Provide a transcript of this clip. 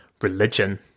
Religion